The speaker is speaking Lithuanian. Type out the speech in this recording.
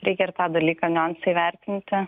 reikia ir tą dalyką niuansą įvertinti